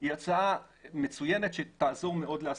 היא הצעה מצוינת שתעזור מאוד לעסקים.